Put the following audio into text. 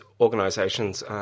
organisations